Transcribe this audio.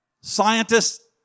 Scientists